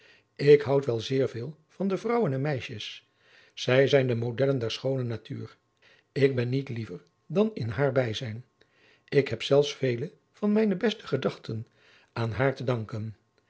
ik houd wel zeer veel van de vrouwen en meisjes zij zijn de modellen der schoone natuur ik ben niet liever dan in haar bijzijn ik heb zelfs vele van mijne beste gedachten aan haar te danken